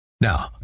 Now